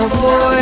boy